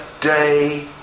day